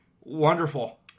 Wonderful